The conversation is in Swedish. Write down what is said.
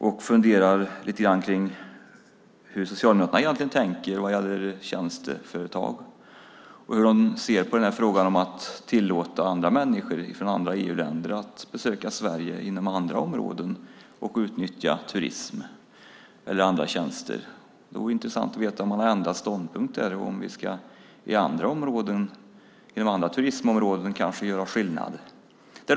Jag funderar lite över hur Socialdemokraterna egentligen tänker i fråga om tjänsteföretag och hur man ser på att tillåta människor från andra EU-länder besöka Sverige och inom andra områden utnyttja turisttjänster eller andra tjänster. Det vore intressant att veta om man har ändrat ståndpunkt därvidlag och om man vill börja göra åtskillnad också inom andra turistområden.